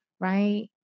right